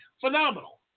phenomenal